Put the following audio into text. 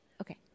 Okay